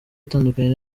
itandukanye